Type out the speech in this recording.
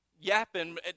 yapping